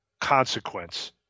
consequence